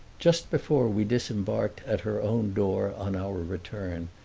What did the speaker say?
just before we disembarked at her own door, on our return,